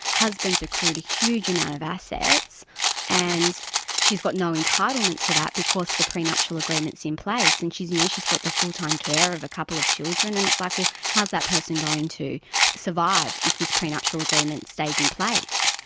husband's accrued a huge amount of assets and she's got no entitlement to that because the prenuptial agreement's in place, and she's, you know, she's got the fulltime care of a couple of children and it's like, well, how's that person going to survive if this prenuptial agreement stays in place?